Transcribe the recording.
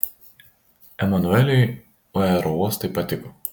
emanueliui aerouostai patiko